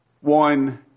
One